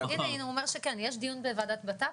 הנה הוא אומר שכן, יש דיון בוועדת בט"פ.